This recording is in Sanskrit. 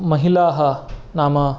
महिलाः नाम